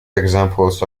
examples